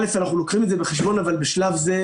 א', אנחנו לוקחים את זה בחשבון, אבל בשלב זה,